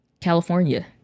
California